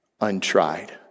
untried